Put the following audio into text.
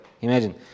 imagine